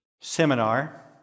seminar